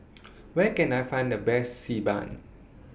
Where Can I Find The Best Xi Ban